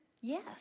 Yes